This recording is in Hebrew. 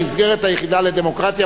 במסגרת היחידה לדמוקרטיה.